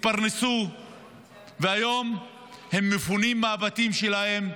התפרנסו והיום הם מפונים מהבתים שלהם,